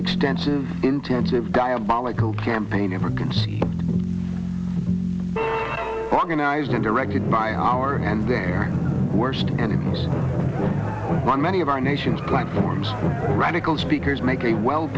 extensive intensive diabolical campaign ever conceived organized and directed by our and their worst and has been many of our nation's platforms radical speakers make a well